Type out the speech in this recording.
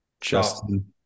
Justin